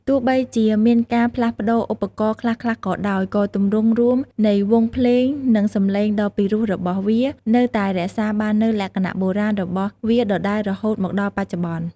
ទោះបីជាមានការផ្លាស់ប្តូរឧបករណ៍ខ្លះៗក៏ដោយ ក៏ទម្រង់រួមនៃវង់ភ្លេង និងសំឡេងដ៏ពិសេសរបស់វា នៅតែរក្សាបាននូវលក្ខណៈបុរាណរបស់វាដដែលរហូតមកដល់បច្ចុប្បន្ន។